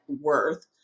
worth